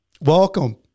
welcome